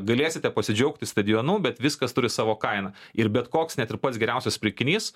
galėsite pasidžiaugti stadionu bet viskas turi savo kainą ir bet koks net ir pats geriausias pirkinys